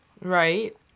Right